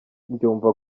mbyumva